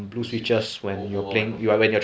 blue switch o~ over microphone